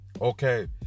Okay